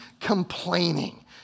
complaining